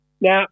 now